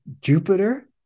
Jupiter